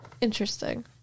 Interesting